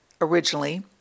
Originally